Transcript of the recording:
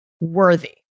worthy